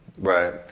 Right